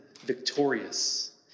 victorious